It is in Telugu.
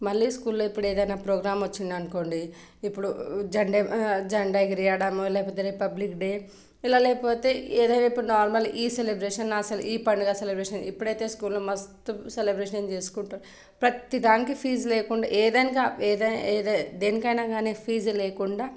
మళ్ళీ స్కూల్ లో ఎప్పుడైనా ఏదన్నా ప్రోగ్రామ్ వచ్చింది అనుకోండి ఇప్పుడు జెండా జెండా ఎగరేయడం లేకపోతే రిపబ్లిక్ డే ఇలా లేకపోతే ఏదైనా ఇప్పుడు నార్మల్ ఈ సెలబ్రేషన్ ఆ సెలబ్రేషన్ ఈ పండుగ సెలబ్రేషన్ ఇప్పుడైతే స్కూల్ లో మస్తు సెలబ్రేషన్ చేసుకుంటారు ప్రతిదానికి ఫీజు లేకుండా ఏదైనా కానీ ఏదైనా దేనికైనా కానీ ఫీజు లేకుండా